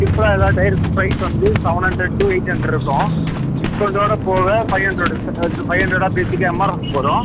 சிம்பிளாக எல்லா டயருக்கும் ப்ரைஸ் வந்து seven hundred to eight hundred இருக்கும் டிஸ்கௌண்ட்டோடு போக ஃபைவ் ஹண்ரட் ஃபைவ் ஹண்ட்ரடா பேசிக்காக எம் ஆர் எஃப் வரும்